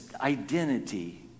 identity